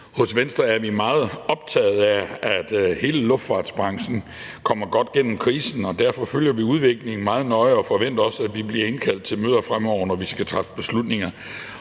Hos Venstre er vi meget optaget af, at hele luftfartsbranchen kommer godt igennem krisen, og derfor følger vi udviklingen meget nøje og forventer også, at vi bliver indkaldt til møder fremover, når der skal træffes beslutninger,